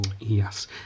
Yes